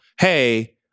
hey